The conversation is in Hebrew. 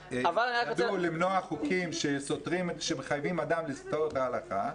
שנים ניסינו למנוע חוקים שמחייבים אדם לסתור את ההלכה.